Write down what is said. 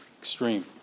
extreme